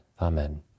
Amen